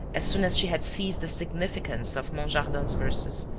as soon as she had seized the significance of monjardin's verses,